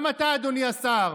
גם אתה, אדוני השר,